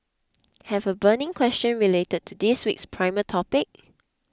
have a burning question related to this week's primer topic